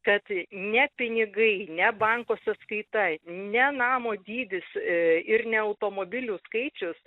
kad ne pinigai ne banko sąskaita ne namo dydis ir ne automobilių skaičius